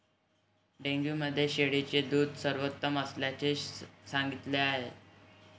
dengue मध्ये शेळीचे दूध सर्वोत्तम असल्याचे सांगितले जाते